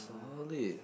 solid